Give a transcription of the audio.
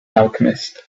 alchemist